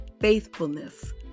faithfulness